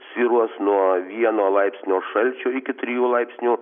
svyruos nuo vieno laipsnio šalčio iki trijų laipsnių